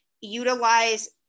utilize